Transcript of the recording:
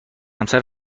همسر